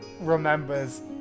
remembers